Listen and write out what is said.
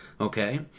okay